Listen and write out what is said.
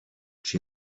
czy